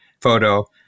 photo